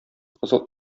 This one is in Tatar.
кызыл